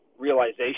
realization